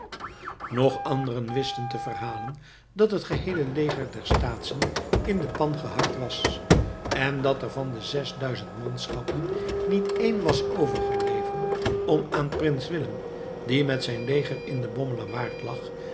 nog anderen wisten te verhalen dat het geheele leger der staatschen in de pan gehakt was en dat er van de zesduizend manschappen niet één was overgebleven om aan prins willem die met zijn leger in de bommelerwaard lag